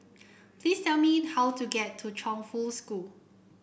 please tell me how to get to Chongfu School